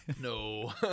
No